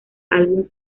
álbum